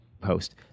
post